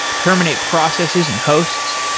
terminate processes and hosts.